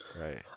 right